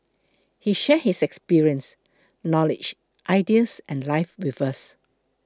he shared his experience knowledge ideas and life with us